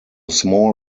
small